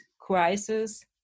crisis